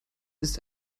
ist